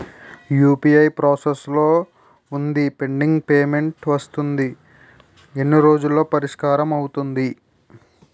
UPI process లో వుందిపెండింగ్ payment వస్తుంది ఎన్ని రోజుల్లో పరిష్కారం అవుతుంది